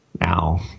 Now